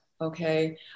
Okay